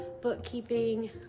bookkeeping